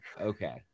Okay